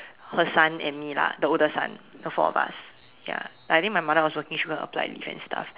her son and me lah the older son the four of us ya I think my mother was working so she couldn't apply leave and stuff